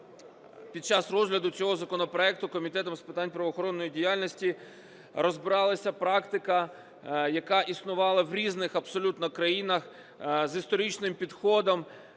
під час розгляду цього законопроекту Комітетом з питань правоохоронної діяльності розбиралася практика, яка існувала в різних абсолютно країнах, з історичним підходом.